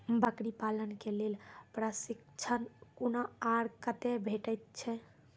बकरी पालन के लेल प्रशिक्षण कूना आर कते भेटैत छै?